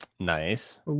nice